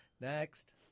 Next